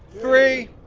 three,